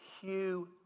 Hugh